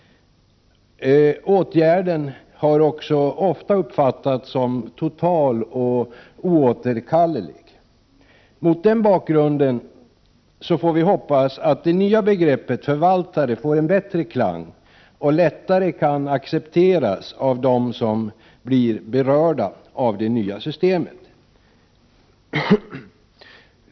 Åtgärden har också ofta uppfattats som total och oåterkallelig. Mot den bakgrunden får vi hoppas att det nya begreppet ”förvaltare” får en bättre klang och lättare kan accepteras av dem som blir berörda av det nya systemet.